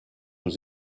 aux